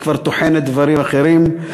והיא כבר טוחנת דברים אחרים,